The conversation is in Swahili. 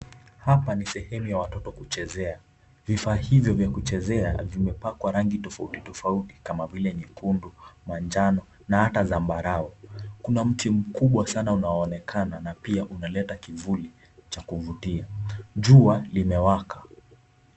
Hapa ni sehemu ya watoto kuchezea. Vifaa hivyo vya kuchezea vimepakwa rangi tofautitofauti kama vile nyekundu na njano na hata zambarau. Kuna mti mkubwa sana unaonekana na pia unaleta kivuli cha kuvutia. Jua limewaka.